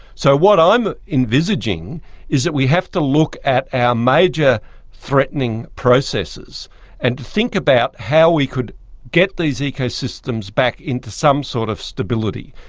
so what i'm envisaging is that we have to look at our major threatening processes and to think about how we could get these ecosystems back into some sort of stability.